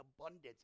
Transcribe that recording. abundance